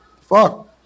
Fuck